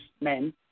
men